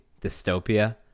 dystopia